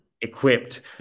equipped